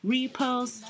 Repost